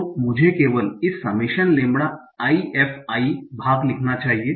तो मुझे केवल इस summation lambda i f i भाग लिखना चाहिए